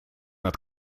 над